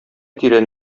тирән